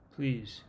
Please